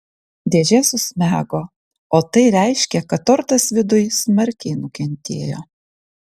dėžė susmego o tai reiškė kad tortas viduj smarkiai nukentėjo